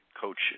coach